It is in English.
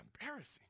embarrassing